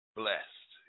blessed